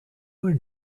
were